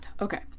Okay